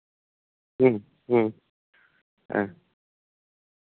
ᱦᱮᱸ ᱦᱮᱸ ᱦᱮᱸ